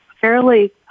fairly